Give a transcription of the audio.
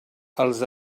els